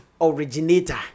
originator